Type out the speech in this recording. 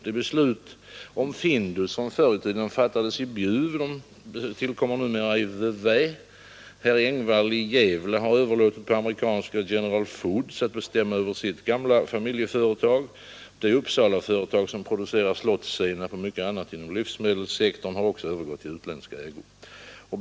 De beslut om Findus som förr i tiden fattades i Bjuv tillkommer numera i Vevey. Herr Engwall i Gävle har överlåtit åt amerikanska General Foods att bestämma över sitt gamla familjeföretag. Det Uppsalaföretag som producerar Slottssenap och mycket annat inom livsmedelssektorn har också övergått i utländsk ägo.